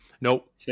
Nope